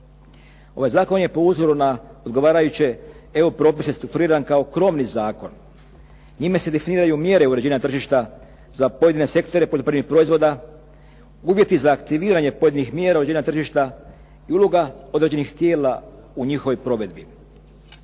Ovaj zakon je po uzoru na odgovarajuće EU propise strukturiran kao krovni zakon. Njime se definiraju mjere uređenja tržišta za pojedine sektore poljoprivrednih proizvoda, uvjeti za aktiviranje pojedinih mjera uređenja tržišta i uloga određenih tijela u njihovoj provedbi.